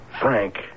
Frank